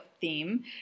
theme